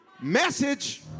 Message